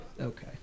okay